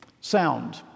Sound